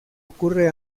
ocurre